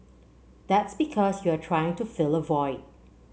that's because you're trying to fill a void